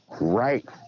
right